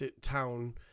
town